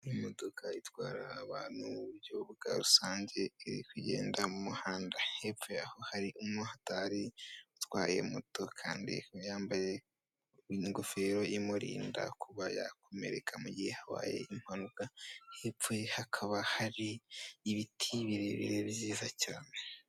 Imodoka itwara abantu mu buryo bwa rusange, iri kugenda mu muhanda, hepfo yaho hari umu motari utwaye moto, kandi yambaye ingofero imurinda kuba yakomereka igihe habaye impanuka. Hepfo ye hakaba hari ibiti birebire byiza cyane.